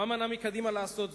מה מנע מקדימה לעשות זאת?